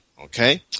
okay